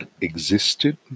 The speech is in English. existed